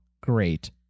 great